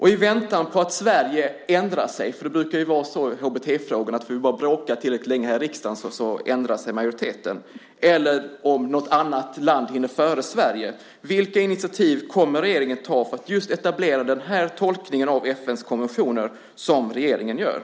I väntan på att Sverige ändrar sig - det brukar vara så i HBT-frågorna att bråkar vi bara tillräckligt länge här i riksdagen så ändrar sig majoriteten, eller om något annat land hinner före Sverige - undrar jag vilka initiativ regeringen kommer att ta för att just etablera den tolkning av FN:s konventioner som regeringen gör.